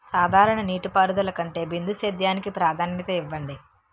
సాధారణ నీటిపారుదల కంటే బిందు సేద్యానికి ప్రాధాన్యత ఇవ్వండి